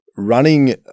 running